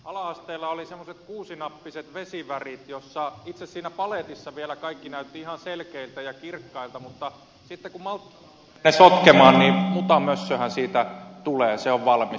ala asteella oli semmoiset kuusinappiset vesivärit ja itse siinä paletissa vielä kaikki näytti ihan selkeältä ja kirkkaalta mutta sitten kun alettiin sotkea niin mutamössöähän siitä tuli se oli valmis